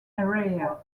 area